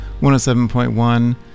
107.1